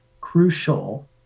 crucial